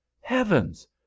Heavens